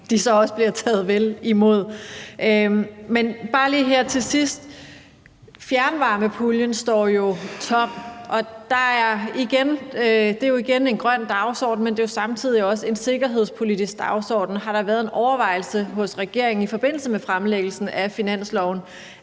de så også bliver taget vel imod. Men bare lige her til sidst vil jeg spørge: Fjernvarmepuljen står tom, og det er jo igen en grøn dagsorden, men det er samtidig også en sikkerhedspolitisk dagsorden. Har det været en overvejelse hos regeringen i forbindelse med fremsættelsen af forslaget